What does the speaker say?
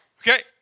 Okay